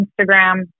Instagram